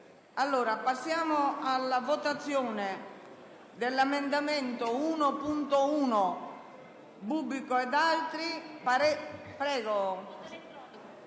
Passiamo alla votazione dell'emendamento 1.1.